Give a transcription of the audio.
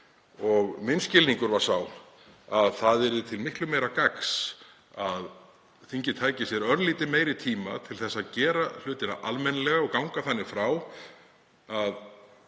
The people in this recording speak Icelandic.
er. Minn skilningur var sá að það yrði til miklu meira gagns að þingið tæki sér örlítið meiri tíma til að gera hlutina almennilega og ganga þannig frá að